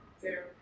Zero